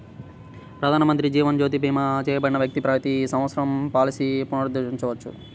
ప్రధానమంత్రి జీవన్ జ్యోతి భీమా చేయబడిన వ్యక్తి ప్రతి సంవత్సరం పాలసీని పునరుద్ధరించవచ్చు